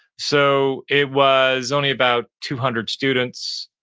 so it was only about two hundred students.